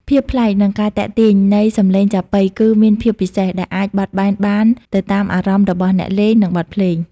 ភាពប្លែក និងការទាក់ទាញ នៃសម្លេងចាប៉ីគឺមានភាពពិសេស ដែលអាចបត់បែនបានទៅតាមអារម្មណ៍របស់អ្នកលេង និងបទភ្លេង។